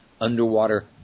underwater